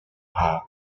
par